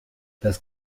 das